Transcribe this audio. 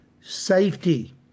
safety